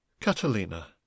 catalina